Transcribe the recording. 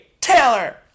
Taylor